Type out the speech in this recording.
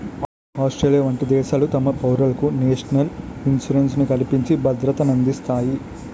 Australia వంట దేశాలు తమ పౌరులకు నేషనల్ ఇన్సూరెన్స్ ని కల్పించి భద్రతనందిస్తాయి